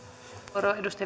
arvoisa